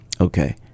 Okay